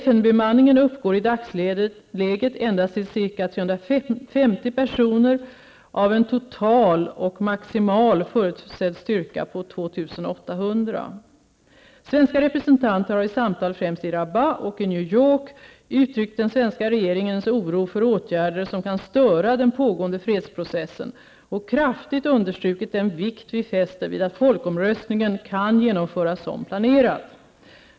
FN-bemanningen uppgår i dagsläget till endast ca 350 personer av en total och maximal förutsedd styrka på 2 800. Svenska representanter har i samtal främst i Rabat och i New York uttryckt den svenska regeringens oro för åtgärder som kan störa den pågående fredsprocessen och kraftigt understrukit den vikt vi fäster vid att folkomröstningen kan genomföras som planerat.